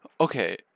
okay